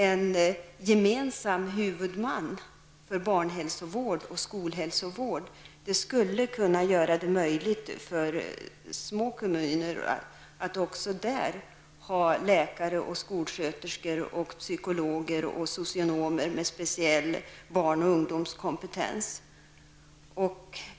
En gemensam huvudman för barnhälsovården och skolhälsovården skulle göra det möjligt också för små kommuner att ha läkare, skolsköterskor, psykologer och socionomer med särskild kompetens på barn och ungdomssidan.